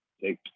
take